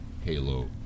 Halo